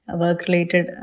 work-related